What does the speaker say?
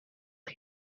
aho